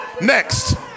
Next